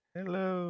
Hello